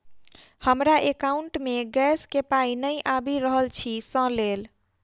हमरा एकाउंट मे गैस केँ पाई नै आबि रहल छी सँ लेल?